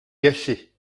gâché